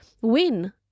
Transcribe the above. win